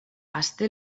aste